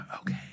Okay